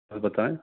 اور بتائیں